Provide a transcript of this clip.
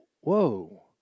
whoa